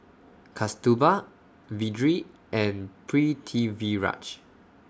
Kasturba Vedre and Pritiviraj